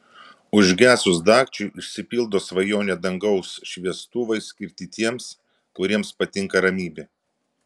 užgesus dagčiui išsipildo svajonė dangaus šviestuvai skirti tiems kuriems patinka ramybė